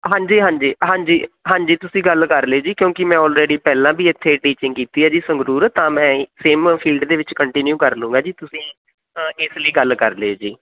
ਹਾਂਜੀ ਹਾਂਜੀ ਹਾਂਜੀ ਹਾਂਜੀ ਤੁਸੀਂ ਗੱਲ ਕਰ ਲਿਓ ਜੀ ਕਿਉਂਕਿ ਮੈਂ ਓਲਰੇਡੀ ਪਹਿਲਾਂ ਵੀ ਇੱਥੇ ਟੀਚਿੰਗ ਕੀਤੀ ਹੈ ਜੀ ਸੰਗਰੂਰ ਤਾਂ ਮੈਂ ਸੇਮ ਫੀਲਡ ਦੇ ਵਿੱਚ ਕੰਟੀਨਿਊ ਕਰ ਲਉਂਗਾ ਜੀ ਤੁਸੀਂ ਇਸ ਲਈ ਗੱਲ ਕਰ ਲਿਓ ਜੀ